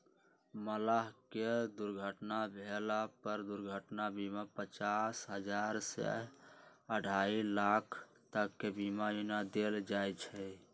मलाह के दुर्घटना भेला पर दुर्घटना बीमा पचास हजार से अढ़ाई लाख तक के बीमा योजना देल जाय छै